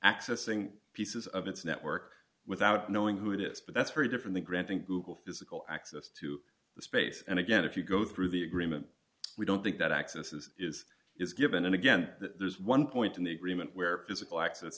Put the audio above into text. accessing pieces of its network without knowing who it is but that's very different to granting google physical access to the space and again if you go through the agreement we don't think that access is is is given and again there's one point in the agreement where physical ac